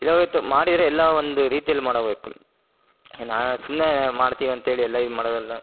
ಇದಾಗೋಯ್ತು ಮಾಡಿದರೆ ಎಲ್ಲ ಒಂದು ರೀತಿಯಲ್ಲಿ ಮಾಡಬೇಕು ಏನೋ ಸುಮ್ಮನೆ ಮಾಡ್ತೀವಂತೇಳಿ ಎಲ್ಲ ಇದು ಮಾಡೋದಲ್ಲ